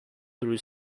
through